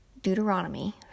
Deuteronomy